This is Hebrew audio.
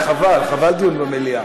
חבל, חבל דיון במליאה.